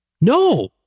No